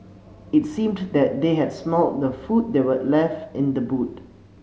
it seemed that they had smelt the food that were left in the boot